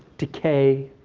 decay.